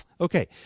Okay